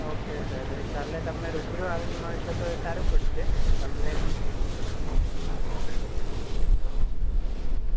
okay sir કાલે તમે રૂબરૂ આવીને મળશો તો એ સારું પડશે તમને ભી